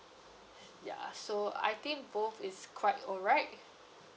ya so I think both is quite alright